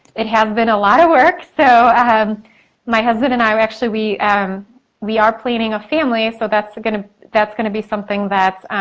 it has been a lot of work so my husband and i, we actually, we um we are planning a family so that's gonna that's gonna be something that's,